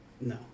No